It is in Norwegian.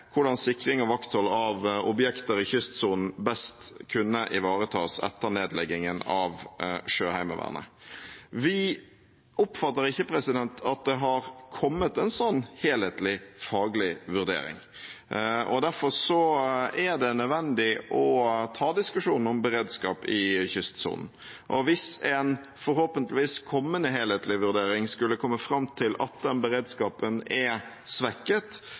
hvordan sikring av vaktholdet av objekter i kystsonen best kunne ivaretas etter nedleggingen av Sjøheimevernet. Vi oppfatter ikke at det er kommet en slik helhetlig faglig vurdering. Derfor er det nødvendig å ta diskusjonen om beredskap i kystsonen. Og hvis en forhåpentligvis kommende helhetlig vurdering skulle komme fram til at den beredskapen er svekket,